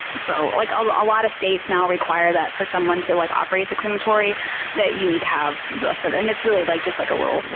so like ah but a lot of states now require that for someone to like operate the crematory that you need to have certain, sort of and it's really like just like a little,